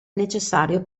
necessario